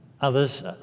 others